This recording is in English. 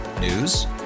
News